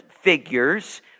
figures